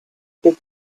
big